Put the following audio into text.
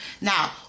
Now